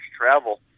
travel